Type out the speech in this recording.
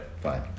fine